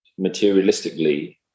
materialistically